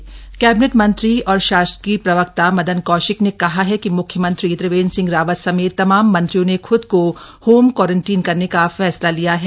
Madan Kaushik cabinet मंत्री और शासकीय प्रवक्ता मदन कौशिक ने कहा है कि म्ख्यमंत्री त्रिवेंद्र सिंह रावत समेत तमाम मंत्रियों ने ख्द को होम क्वारंटीन करने का फैसला लिया है